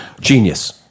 genius